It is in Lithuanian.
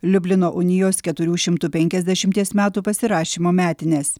liublino unijos keturių šimtų penkiasdešimties metų pasirašymo metines